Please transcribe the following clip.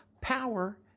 power